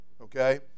Okay